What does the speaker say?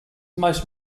most